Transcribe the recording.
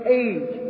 age